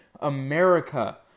America